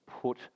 put